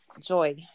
joy